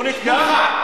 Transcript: הוא נפגע?